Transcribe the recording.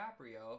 DiCaprio